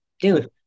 dude